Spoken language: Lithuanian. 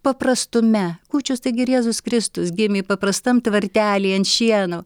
paprastume kūčios taigi ir jėzus kristus gimė paprastam tvartely ant šieno